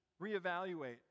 reevaluate